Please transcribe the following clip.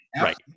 right